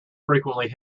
frequently